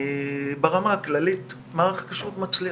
ברמה הכללית מערך הכשרות מצליח,